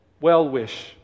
well-wish